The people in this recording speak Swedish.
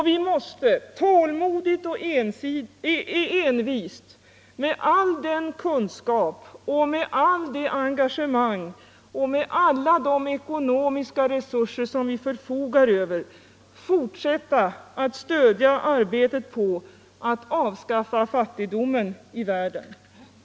Vi måste tålmodigt och envist, med all den kunskap, allt det engagemang och alla de ekonomiska resurser som vi förfogar över fortsätta att stödja arbetet på att avskaffa fattigdomen i världen.